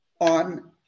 on